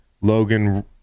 Logan